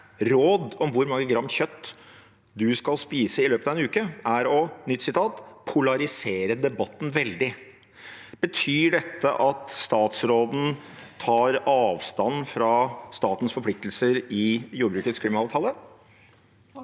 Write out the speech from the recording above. råd om hvor mange gram kjøtt du skal spise i løpet av en uke» er å «polarisere debatten veldig». Vil statsråden i lys av dette bryte statens forpliktelser i jordbrukets klimaavtale?»